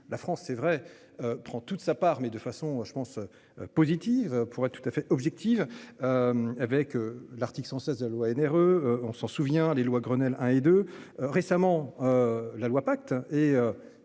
La France, c'est vrai. Prend toute sa part. Mais de façon, je pense positive pour être tout à fait objective. Avec l'article 116 de la loi NRE, on s'en souvient, les lois Grenelle 1 et 2 récemment. La loi pacte